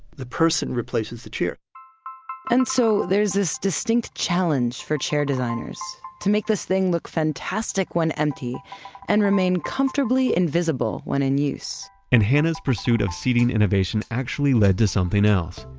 the person replaces the chair and so there's this distinct challenge for chair designers to make this thing look fantastic when empty and remain comfortably invisible when in use and hannah's pursuit of seating innovation actually led to something else.